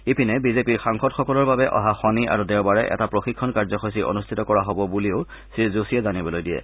ইপিনে বিজেপিৰ সাংসদসকলৰ বাবে অহা শনি আৰু দেওবাৰে এটা প্ৰশিক্ষণ কাৰ্যসূচী অনুষ্ঠিত কৰা হব বলিও শ্ৰীযোশীয়ে জানিবলৈ দিয়ে